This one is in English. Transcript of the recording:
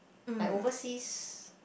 like overseas